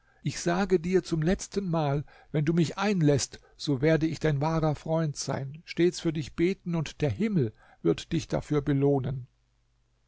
ich sage dir zum letzten mal wenn du mich einläßt so werde ich dein wahrer freund sein stets für dich beten und der himmel wird dich dafür belohnen